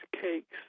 cakes